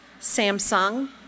Samsung